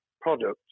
products